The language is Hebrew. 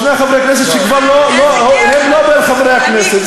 שני חברי כנסת שכבר לא בין חברי הכנסת.